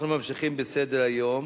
אנחנו ממשיכים בסדר-היום: